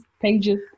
pages